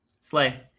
slay